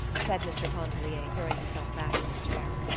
said mr. pontellier, throwing himself back in his chair.